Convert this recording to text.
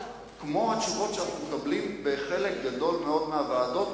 כמו התשובות שאנחנו מקבלים בחלק גדול מאוד מהוועדות,